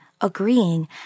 agreeing